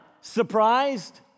surprised